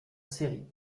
série